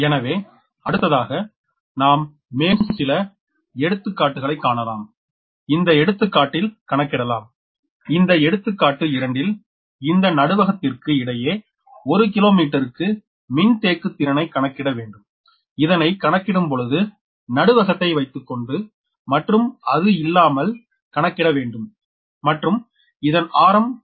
எனவே அடுத்ததாக நாம் மேலும் எடுத்துக்காட்டுகளை காணலாம் இந்த எடுத்துக்காட்டில் கணக்கிடலாம் இந்த எடுத்துக்காட்டு 2 ல் இந்த நடுவதற்கு இடையே ஒரு கிலோமீட்டருக்கு மின்தேக்குத் திறனை கணக்கிட வேண்டும் இதனை கணக்கிடும் பொழுது நடுவகத்தை வைத்துக்கொண்டு மற்றும் அது இல்லாமல் கணக்கிட வேண்டும் மற்றும் இதன் ஆரம் 0